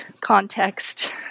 context